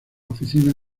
oficina